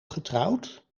getrouwd